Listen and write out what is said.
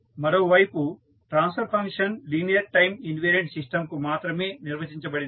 మరోవైపు transfer function linear time invariant సిస్టంకు మాత్రమే నిర్వచించబడింది